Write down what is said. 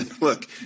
Look